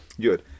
good